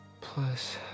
Plus